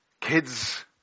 Kids